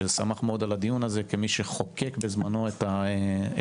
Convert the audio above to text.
ששמח מאוד על הדיון הזה כמי שחוקק בזממנו את החוק,